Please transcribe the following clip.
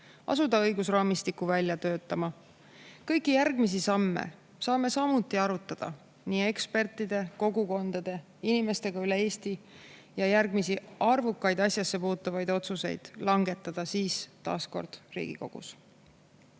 asuda õigusraamistikku välja töötama. Kõiki järgmisi samme saame samuti arutada nii ekspertide, kogukondade kui ka inimestega üle Eesti, ja järgmisi arvukaid asjasse puutuvaid otsuseid langetada siis taas kord Riigikogus.